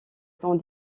sont